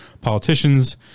politicians